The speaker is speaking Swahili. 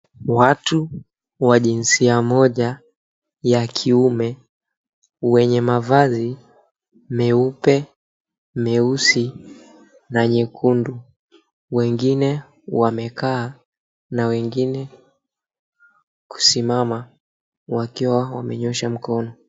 Watu wa jinsia moja ya kiume wenye mavazi meupe, meusi na nyekundu wengine wamekaa na wengine wamekaa na wengine kusimama wakiwa wamenyosha mkono.